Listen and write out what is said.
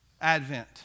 Advent